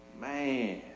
Man